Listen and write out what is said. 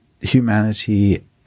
humanity